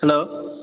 hello